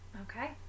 Okay